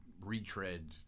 retread